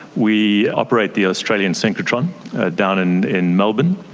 we operate the australian synchrotron down in in melbourne.